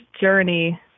journey